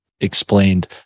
explained